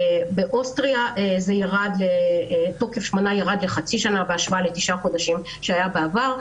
באוסטריה התוקף ירד לחצי שנה בהשוואה לתשעה חודשים שהיה בעבר.